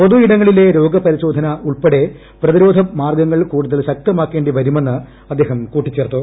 പൊതുയിടങ്ങളിലെ രോഗപരിശോധന ഉൾപ്പെടെ പ്രതിരോധ മാർഗ്ഗങ്ങൾ കൂടുതൽ ശക്തമാക്കേണ്ടി വരുമെന്ന് അദ്ദേഹം കൂട്ടിച്ചേർത്തു